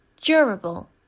durable